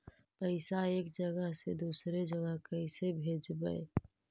पैसा एक जगह से दुसरे जगह कैसे भेजवय?